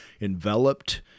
enveloped